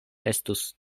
estus